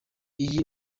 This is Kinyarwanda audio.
iyi